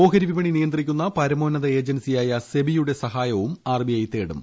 ഓഹരി വിപണി നിയന്ത്രിക്കുന്ന പരമോന്നത ഏജൻസിയായ സെബിയുടെ സഹായവും ആർ ബി ഐ തേടും